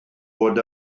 fod